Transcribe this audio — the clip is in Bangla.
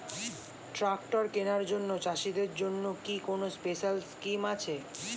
ট্রাক্টর কেনার জন্য চাষিদের জন্য কি কোনো স্পেশাল স্কিম আছে?